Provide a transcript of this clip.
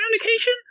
communication